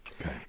Okay